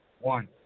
One